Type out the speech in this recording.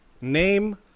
name